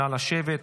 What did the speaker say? נא לשבת.